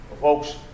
Folks